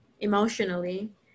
emotionally